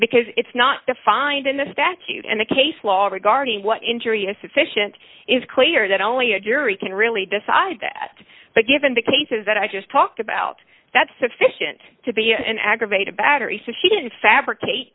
because it's not defined in the statute and the case law regarding what injury is sufficient is clear that only a jury can really decide that but given the cases that i just talked about that's sufficient to be an aggravated battery so she didn't fabricate